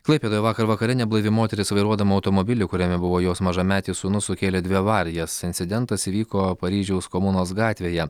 klaipėdoje vakar vakare neblaivi moteris vairuodama automobilį kuriame buvo jos mažametis sūnus sukėlė dvi avarijas incidentas įvyko paryžiaus komunos gatvėje